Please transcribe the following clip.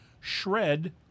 shred